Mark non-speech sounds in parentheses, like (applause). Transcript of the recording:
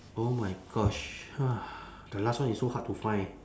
oh my gosh (breath) the last one is so hard to find